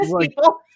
people